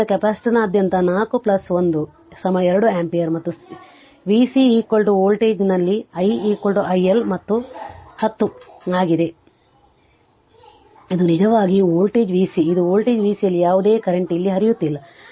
ಆದ್ದರಿಂದ ಕೆಪಾಸಿಟರ್ನಾದ್ಯಂತ 4 plus 1 2 ampere ಮತ್ತು v C ವೋಲ್ಟೇಜ್ನಲ್ಲಿ i i L 10 ಆಗಿದೆ ಇದು ನಿಜವಾಗಿ ವೋಲ್ಟೇಜ್ v C ಇದು ವೋಲ್ಟೇಜ್ v C ಇಲ್ಲಿ ಯಾವುದೇ ಕರೆಂಟ್ ಇಲ್ಲಿ ಹರಿಯುತ್ತಿಲ್ಲ